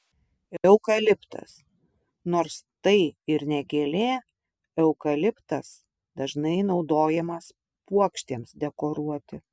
eukaliptas nors tai ir ne gėlė eukaliptas dažnai naudojamas puokštėms dekoruoti